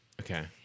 Okay